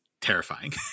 terrifying